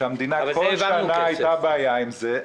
בכל שנה הייתה בעיה עם זה.